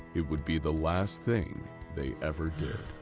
it would be the last thing they ever did.